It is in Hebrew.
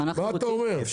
מה אתה אומר?